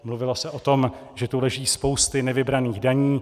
Mluvilo se o tom, že tu leží spousty nevybraných daní.